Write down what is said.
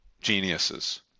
geniuses